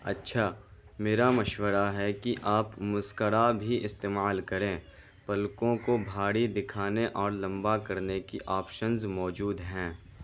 اچھا میرا مشورہ ہے کہ آپ مسکرا بھی استعمال کریں پلکوں کو بھاری دکھانے اور لمبا کرنے کے آپشنز موجود ہیں